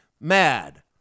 mad